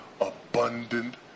abundant